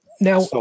Now